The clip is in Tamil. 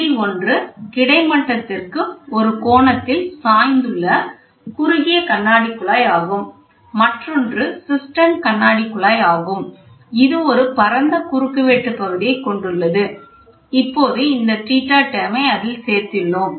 இதில் ஒன்று கிடைமட்டத்திற்கு ஒரு கோணத்தில் சாய்ந்துள்ள குறுகிய கண்ணாடிக் குழாய் ஆகும் மற்றொன்று சிஸ்டர்ன் கண்ணாடிக் குழாய் ஆகும் இது ஒரு பரந்த குறுக்கு வெட்டு பகுதியைக் கொண்டுள்ளது இப்போது இந்த θ term ஐ அதில் சேர்த்துள்ளோம்